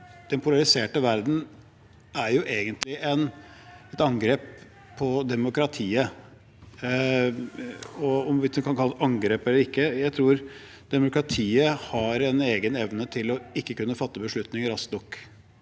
Den polariserte verden er jo egentlig et angrep på demokratiet – om vi kan kalle det angrep eller ikke. Jeg tror demokratiet har en egen evne til å ikke kunne fatte beslutninger raskt nok,